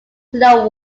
slow